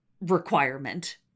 requirement